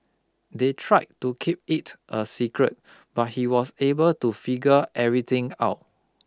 they tried to keep it a secret but he was able to figure everything out